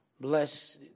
Bless